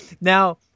Now